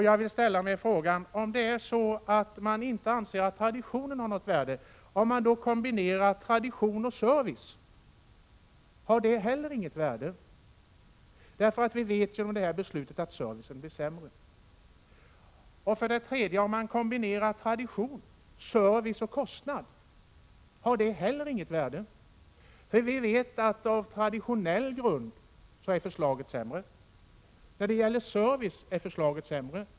Jag vill ställa följande fråga: Om man inte anser att traditionen har något värde, men kombinerar tradition och service, har inte heller det något värde? Vi vet att servicen blir sämre om det framlagda förslaget genomförs. Om man slutligen kombinerar tradition, service och kostnad, har inte heller det något värde? Vi vet att förslaget med hänsyn till traditionen är sämre. Även när det gäller service är förslaget sämre.